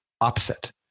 opposite